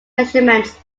measurements